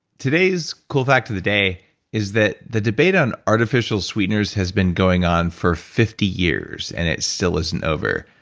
today's cool fact of the day is that the debate on artificial sweeteners has been going on for fifty years and it still isn't over.